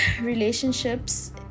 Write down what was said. relationships